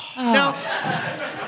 Now